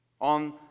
On